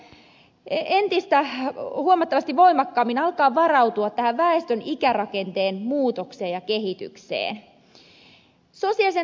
tulisi entistä huomattavasti voimakkaammin alkaa varautua tähän väestön ikärakenteen muutokseen ja kehitykseen